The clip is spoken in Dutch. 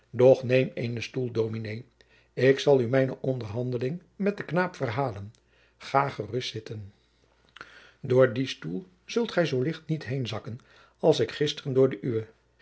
doch neem eenen stoel dominé ik zal u mijne onderhandeling met den knaap verhalen ga gerust zitten door dien stoel zult gij zoo licht niet heen zakken als ik gisteren door den uwen